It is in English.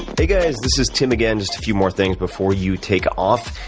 hey guys, this is tim again. just a few more things before you take off.